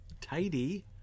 tidy